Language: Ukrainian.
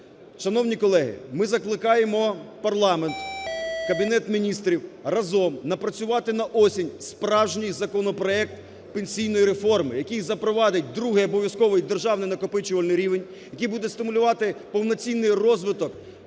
Шановні колеги, ми закликаємо парламент, Кабінет Міністрів разом напрацювати на осінь справжній законопроект пенсійної реформи, який запровадить другий обов'язковий державний накопичувальний рівень, який буде стимулювати повноцінний розвиток